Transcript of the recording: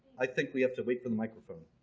i think we have to wait for the microphone